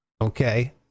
Okay